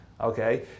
okay